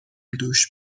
دوش